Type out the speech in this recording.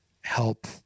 help